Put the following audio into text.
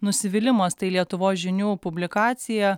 nusivylimas tai lietuvos žinių publikacija